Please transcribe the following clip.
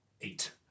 Eight